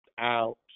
Out